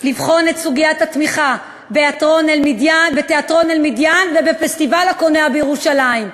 לבחון את סוגיית התמיכה בתיאטרון "אל-מידאן" ובפסטיבל הקולנוע בירושלים.